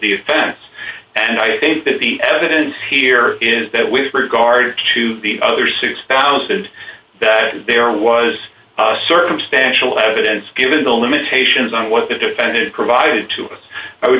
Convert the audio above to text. the offense and the evidence here is that with regard to the other six thousand that there was circumstantial evidence given the limitations on what the defendant provided to us i would